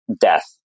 death